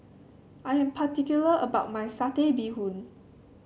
I am particular about my Satay Bee Hoon